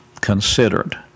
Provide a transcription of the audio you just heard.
considered